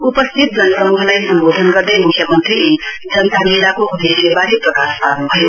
उपस्थित जनसमूहलाई सम्वोधन गर्दै मुख्यमन्त्रीले जनता मेलाको उदेश्यवारे प्रकाश पार्नुभयो